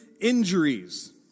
injuries